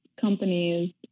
companies